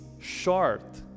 short